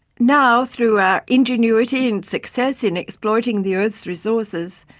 now, through our ingenuity and success in exploiting the earth's resources,